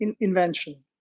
invention